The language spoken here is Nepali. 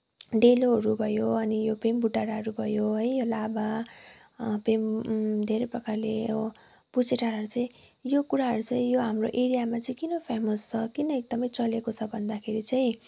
डेलोहरू भयो अनि यो पन्बू डाँडाहरू भयो है यो लाभा पेम धेरै प्रकारले यो पुजे डाँडाहरू चाहिँ यो कुराहरू चाहिँ यो हाम्रो एरियामा चाहिँ किन फेमस छ किन एकदमै चलेको छ भन्दाखेरि चाहिँ